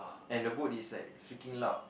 and the boat is like freaking loud